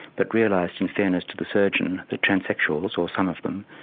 but realised in fairness to the surgeon that transsexuals, or some of them,